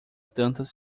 tantas